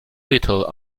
little